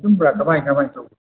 ꯆꯨꯝꯕ꯭ꯔꯥ ꯀꯃꯥꯏ ꯀꯃꯥꯏ ꯇꯧꯏ